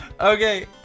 Okay